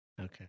Okay